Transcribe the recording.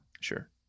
Sure